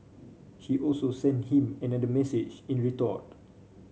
she also sent him another message in retort